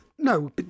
No